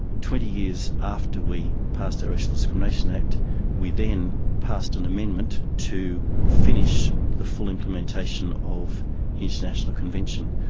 twenty years after we passed our racial discrimination act we then passed an amendment to finish the full implementation of the international convention.